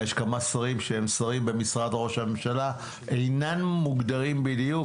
יש כמה שרים שהם שרים במשרד ראש הממשלה שאינם מוגדרים בדיוק.